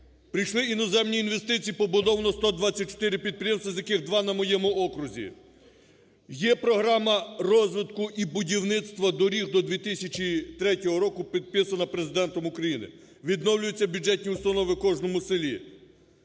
прийшли іноземні інвестиції, побудовано 124 підприємства, з яких два на моєму окрузі. Є програма розвитку і будівництва доріг до 2003 року, підписана Президентом України, відновлюються бюджетні установи у кожному селі.